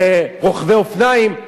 לרוכבי אופניים.